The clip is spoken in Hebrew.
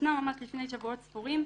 שניתנה ממש לפני שבועות ספורים.